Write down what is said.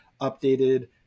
updated